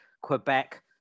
Quebec